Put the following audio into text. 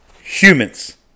humans